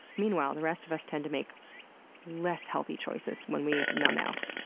meanwhile, the rest of us tend to make less healthy choices when we numb out.